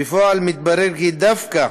בפועל מתברר כי דווקא